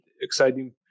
exciting